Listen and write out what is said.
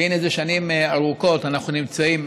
והינה, זה שנים ארוכות אנחנו נמצאים